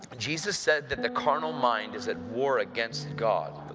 jesus said that the carnal mind is at war against god.